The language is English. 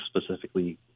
specifically